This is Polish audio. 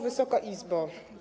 Wysoka Izbo!